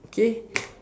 K